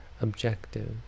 objective